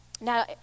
Now